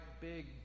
big